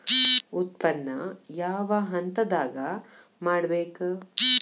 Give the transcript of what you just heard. ಉತ್ಪನ್ನ ಯಾವ ಹಂತದಾಗ ಮಾಡ್ಬೇಕ್?